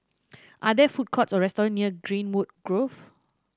are there food courts or restaurants near Greenwood Grove